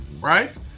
right